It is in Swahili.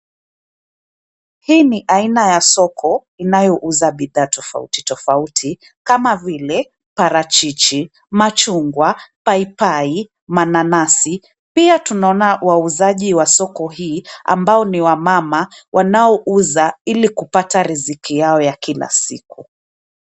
Hi ni aina ya soko inayouza bidha tofauti tofauti kama vile parachichi, machungwa, paipai, mananasi, pia tunona wauzaji wa soko hii ambao ni wamama wanaouza ili kupata riziki yao ya kila siku.